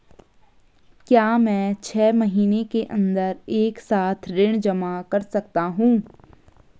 क्या मैं छः महीने के अन्दर एक साथ ऋण जमा कर सकता हूँ?